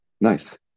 Nice